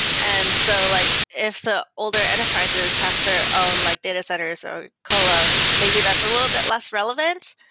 and so like if the older enterprises have their own like data centers or colo, maybe that's a little bit less relevant.